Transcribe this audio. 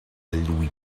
lui